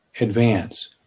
advance